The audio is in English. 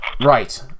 right